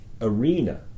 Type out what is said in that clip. arena